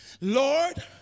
Lord